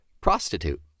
prostitute